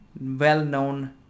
well-known